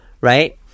Right